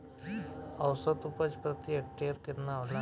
औसत उपज प्रति हेक्टेयर केतना होला?